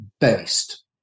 based